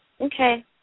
Okay